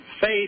faith